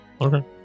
okay